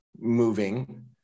moving